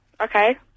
okay